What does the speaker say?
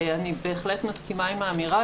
אני בהחלט מסכימה עם האמירה,